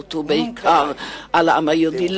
האנושות בכלל ועל העם היהודי בפרט.